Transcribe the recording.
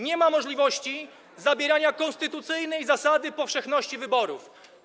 Nie ma możliwości uchylania konstytucyjnej zasady powszechności wyborów.